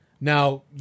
Now